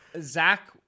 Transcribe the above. Zach